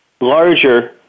larger